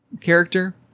character